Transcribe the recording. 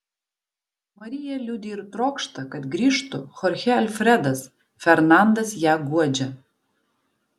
marija liūdi ir trokšta kad grįžtų chorchė alfredas fernandas ją guodžia